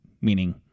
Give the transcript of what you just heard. meaning